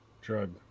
drug